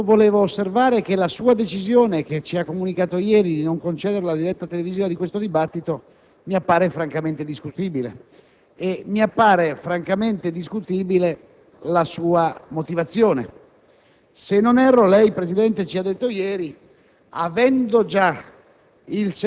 Signor Presidente, innanzi tutto vorrei osservare che la sua decisione, che ci ha comunicato ieri, di non concedere la diretta televisiva di questo dibattito mi appare francamente discutibile. E mi appare francamente discutibile la sua motivazione: